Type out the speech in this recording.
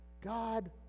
God